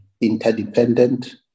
interdependent